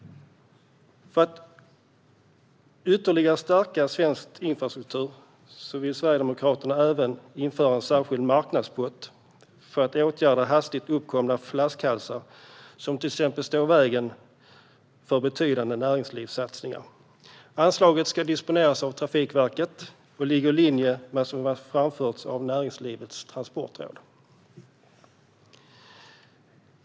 För att ytterligare stärka svensk infrastruktur vill Sverigedemokraterna införa en särskild marknadspott för att åtgärda hastigt uppkomna flaskhalsar som står i vägen för till exempel betydande näringslivssatsningar. Anslaget ska disponeras av Trafikverket, och det ligger i linje med vad som har framförts av Näringslivets Transportråd.